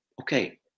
okay